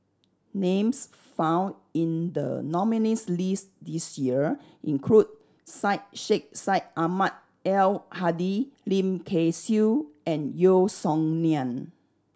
names found in the nominees' list this year include Syed Sheikh Syed Ahmad Al Hadi Lim Kay Siu and Yeo Song Nian